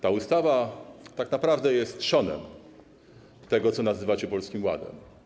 Ta ustawa tak naprawdę jest trzonem tego, co nazywacie Polskim Ładem.